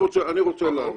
רוצה לענות.